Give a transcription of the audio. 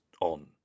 on